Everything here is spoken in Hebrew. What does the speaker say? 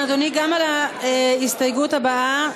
גם על ההסתייגות הבאה,